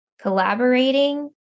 collaborating